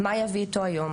מה יביא אתו היום,